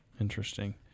Interesting